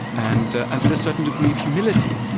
and and with a certain degree of humility.